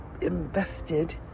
invested